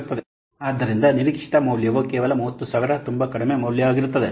ಆದ್ದರಿಂದ ನಿರೀಕ್ಷಿತ ಮೌಲ್ಯವು ಕೇವಲ 30000 ತುಂಬಾ ಕಡಿಮೆ ಮೌಲ್ಯವಾಗಿರುತ್ತದೆ